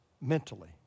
mentally